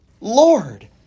Lord